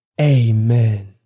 Amen